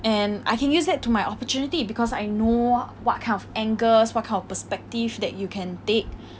and I can use it to my opportunity because I know what kind of angles what kind of perspective that you can take